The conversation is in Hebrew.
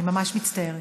אני ממש מצטערת.